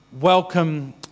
welcome